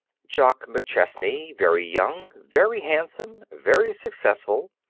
jock mcchesney, very young, very handsome, very successful,